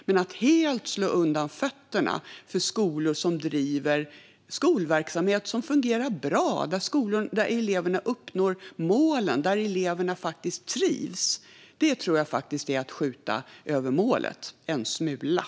Men att helt slå undan fötterna för skolor som driver skolverksamhet som fungerar bra - där eleverna uppnår målen och där eleverna faktiskt trivs - tror jag är att skjuta en smula över målet.